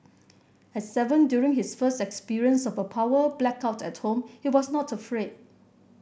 at seven during his first experience of a power blackout at home he was not afraid